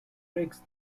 breaks